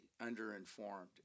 under-informed